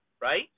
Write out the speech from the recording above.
right